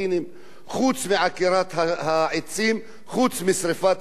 חוץ מעקירת העצים, חוץ משרפת מסגדים.